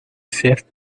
fifth